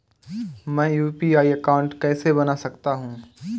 मैं UPI account कैसे बना सकता हूं?